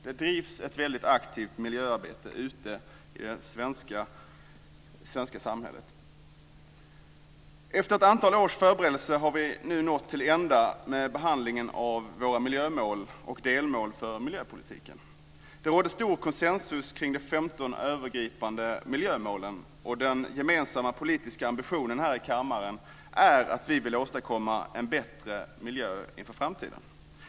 Det drivs ett väldigt aktivt miljöarbete ute i det svenska samhället. Efter ett antal års förberedelser har vi nu nått till ända med behandlingen av våra miljömål och delmål för miljöpolitiken. Det rådde stor konsensus kring de 15 övergripande miljömålen, och den gemensamma politiska ambitionen här i kammaren är att åstadkomma en bättre miljö inför framtiden.